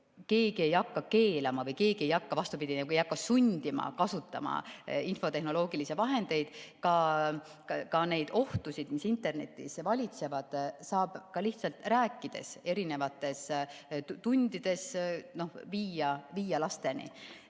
keegi ei hakka keelama või keegi ei hakka, vastupidi, sundima kasutama infotehnoloogilisi vahendeid. Ka neid ohtusid, mis internetis valitsevad, saab lihtsalt rääkides erinevates tundides lastele